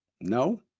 No